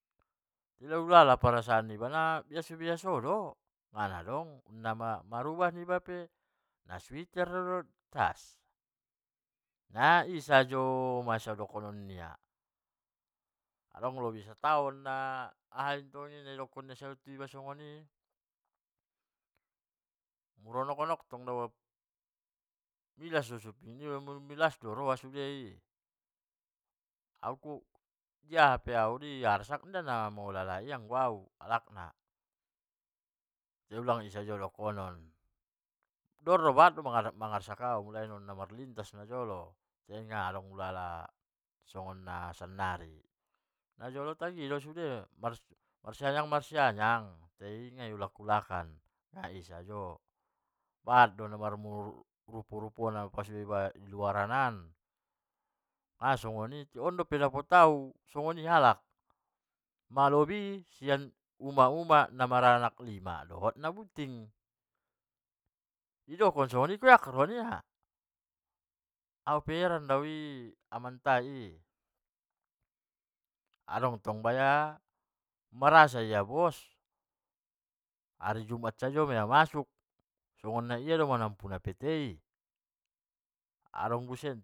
Keta sumbayang nikku secara halusna. tai ia domai terserah ia domai tu tuhan nia i. anggo i pa puttup-puttup ia tong ia ma. malobi daboru ma ia i, muli-muli hu arsak maia i. hu arsak ma ia sampe milas suping nia u baen i. anggo na sadari dontong hu ogar, aha do giot mu nikku le, sude giot protes on mu, mulai sian solop sampe tu jaket sampe tu hape, sampe jaket sampe tu laptop na saingan ni bos mu au nikku. inda dong niatku manyaingi ho au gari anggo disi bekerja nikku tusia. kuli do au dison biamantong borat do ulala dongan, adong cas an, sigaret niba dope, di baen non di jok ni motor i milas mapultak, ulai di padao baen ma nian tarbat manabusi tas. sadia do tas tolu pulu ribu do inma barang ocehan do nadibaen nia tu iba, bo prrohamu tas songoni tabusi nia, utabusi sagoni ulehen sia, ualng agri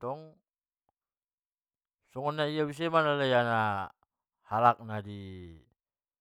tong in sajo dokkonon nia.